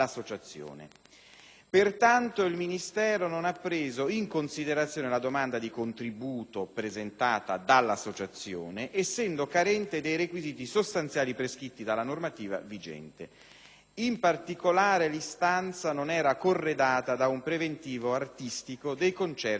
Pertanto, il Ministero non ha preso in considerazione la domanda di contributo presentata dall'Associazione, essendo carente dei requisiti sostanziali prescritti dalla normativa vigente; in particolare l'istanza non era corredata da un preventivo artistico dei concerti previsti.